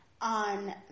on